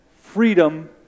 Freedom